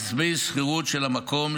דמי שכירות של המקום,